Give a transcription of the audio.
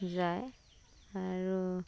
যায় আৰু